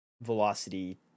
velocity